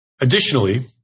Additionally